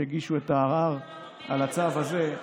שהגישו את הערר על הצו הזה,